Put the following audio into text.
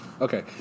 Okay